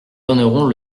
donneront